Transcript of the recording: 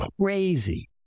crazy